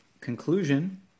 conclusion